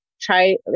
try